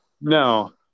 No